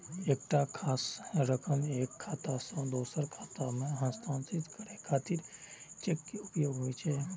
एकटा खास रकम एक खाता सं दोसर खाता मे हस्तांतरित करै खातिर चेक के उपयोग होइ छै